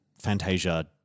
Fantasia